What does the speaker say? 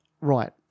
right